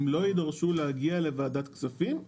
הם לא יידרשו להגיע לוועדת כספים,